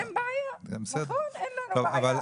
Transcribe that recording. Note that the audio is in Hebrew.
נכון, אין לנו בעיה.